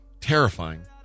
Terrifying